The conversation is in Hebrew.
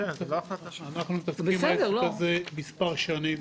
אנחנו מתעסקים עם העסק הזה מספר שנים,